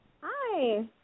Hi